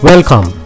Welcome